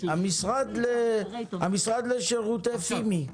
המשרד הממשלתי לשירותי פימי.